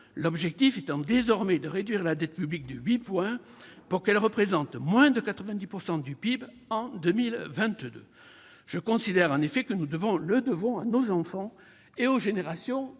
l'objectif étant désormais de réduire la dette publique de huit points, pour qu'elle représente moins de 90 % du PIB en 2022. Je considère en effet que nous le devons à nos enfants et aux générations à venir.